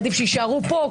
עדיף שיישארו פה,